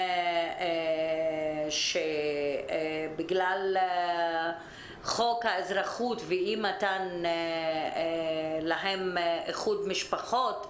נשים שבגלל חוק האזרחות ואי מתן איחוד משפחות להן,